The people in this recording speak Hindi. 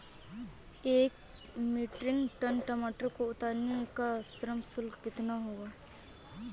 एक मीट्रिक टन टमाटर को उतारने का श्रम शुल्क कितना होगा?